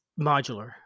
modular